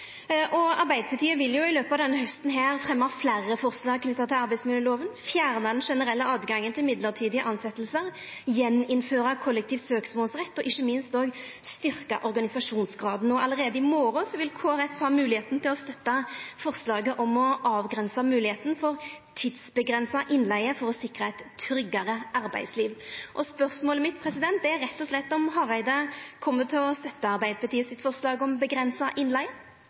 vårt. Arbeidarpartiet vil i løpet av denne hausten fremja fleire forslag knytte til arbeidsmiljøloven, fjerna det generelle høvet til mellombelse tilsetjingar, igjen innføra kollektiv søksmålsrett og ikkje minst styrkja organisasjonsgraden. Allereie i morgon vil det vera mogleg for Kristeleg Folkeparti å støtta forslaget om å avgrensa bruken av tidsavgrensa innleige for å sikra eit tryggare arbeidsliv. Spørsmålet mitt er rett og slett om Hareide kjem til å støtta Arbeidarpartiets forslag om